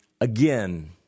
again